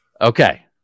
Okay